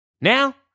Now